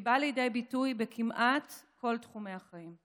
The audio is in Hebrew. היא באה לידי ביטוי בכמעט כל תחומי החיים.